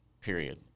period